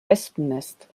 wespennest